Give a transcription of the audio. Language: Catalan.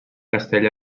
castell